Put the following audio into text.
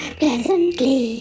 pleasantly